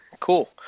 Cool